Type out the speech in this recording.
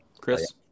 Chris